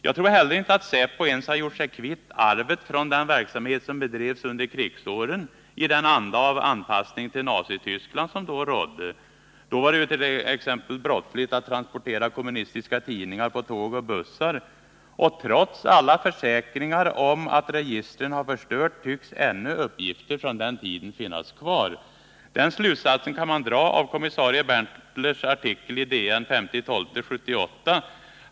Jag tror inte heller att säpo ens gjort sig kvitt arvet från den verksamhet som bedrevs under krigsåren i den anda av anpassning till Nazityskland som då rådde. Då var det t.ex. brottsligt att transportera kommunistiska tidningar på tåg och bussar. Trots alla försäkringar om att registren har förstörts tycks ännu uppgifter från den tiden finnas kvar. Den slutsatsen kan man dra av kommissarie Berntlers artikel i Dagens Nyheter den 5 december 1978.